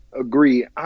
Agree